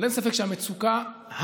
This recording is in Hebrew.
אבל אין ספק שהמצוקה המרכזית,